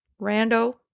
rando